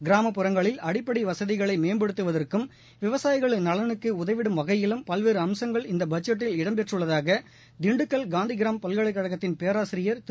கிராமப்புறங்களில் அடிப்படை வசதிகளை மேம்படுத்துவதற்கும் விவசாயிகள் நலனுக்கும் உதவிடும் வகையிலும் பல்வேறு அம்சங்கள் இந்த பட்ஜெட்டில் இடம் பெற்றுள்ளதாக திண்டுக்கல் காந்திகிராம் பல்கலைக்கழகத்தின் பேராசிரியர் திரு